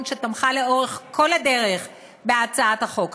שתמכה לאורך כל הדרך בהצעת החוק הזו.